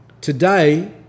Today